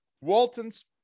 walton's